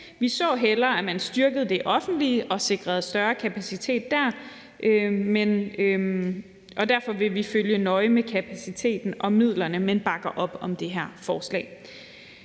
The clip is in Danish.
Vi så hellere, at man styrkede det offentlige og sikrede større kapacitet der, og derfor vil vi følge nøje med kapaciteten og midlerne, men bakker op om det her forslag.